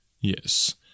Yes